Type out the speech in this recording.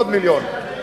עוד מיליון.